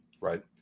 right